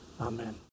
amen